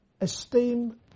esteem